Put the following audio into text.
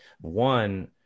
one